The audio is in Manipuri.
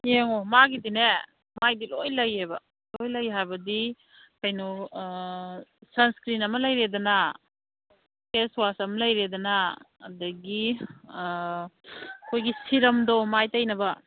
ꯌꯦꯡꯉꯣ ꯃꯥꯒꯤꯗꯤꯅꯦ ꯃꯥꯏꯗꯤ ꯂꯣꯏ ꯂꯩꯌꯦꯕ ꯂꯣꯏ ꯂꯩ ꯍꯥꯏꯕꯗꯤ ꯀꯩꯅꯣ ꯑꯥ ꯁꯟ ꯏꯁꯀꯔꯤꯟ ꯑꯃ ꯂꯩꯔꯦꯗꯅ ꯐꯦꯁ ꯋꯥꯁ ꯑꯃ ꯂꯩꯔꯦꯗꯅ ꯑꯗꯒꯤ ꯑꯥ ꯑꯩꯈꯣꯏꯒꯤ ꯁꯤꯔꯝꯗꯣ ꯃꯥꯏ ꯇꯩꯅꯕ